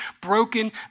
broken